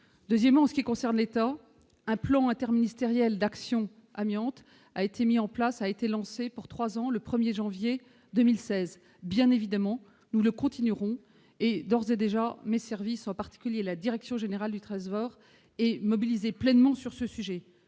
deuxièmement en ce qui concerne l'État, un plan interministériel d'action amiante a été mis en place, a été lancé pour 3 ans le 1er janvier 2016, bien évidemment, nous ne continuerons est d'ores et déjà mes services, en particulier la direction générale du Trésor et mobiliser pleinement sur ce sujet